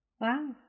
Wow